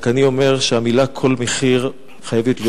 אני רק אומר שהמלה "כל מחיר" חייבת להיות